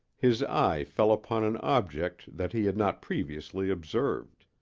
his eye fell upon an object that he had not previously observed.